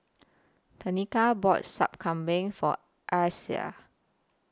Tenika bought Sup Kambing For Asa